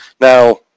Now